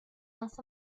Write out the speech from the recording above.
más